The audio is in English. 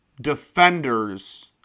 defenders